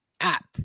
app